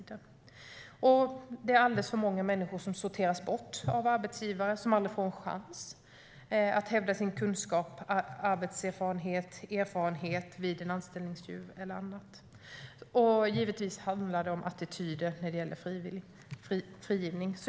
Det är alldeles för många människor som sorteras bort av arbetsgivare och aldrig får en chans att hävda sin kunskap, arbetserfarenhet eller andra erfarenheter vid en anställningsintervju. Givetvis handlar det om attityder till frigivna.